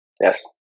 Yes